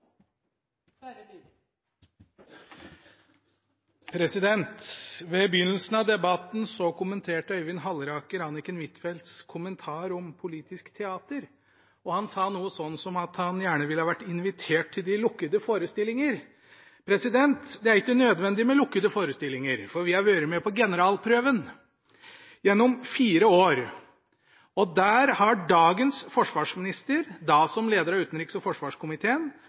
han sa noe sånn som at han gjerne ville ha vært invitert til de lukkede forestillinger. Det er ikke nødvendig med lukkede forestillinger, for vi har vært med på generalprøven. Gjennom fire år har dagens forsvarsminister, da som leder av utenriks- og forsvarskomiteen,